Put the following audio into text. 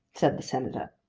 said the senator.